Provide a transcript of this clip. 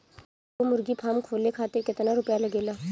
एगो मुर्गी फाम खोले खातिर केतना रुपया लागेला?